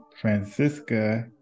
Francisca